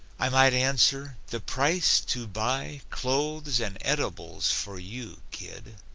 i might answer the price to buy clothes and edibles for you, kid.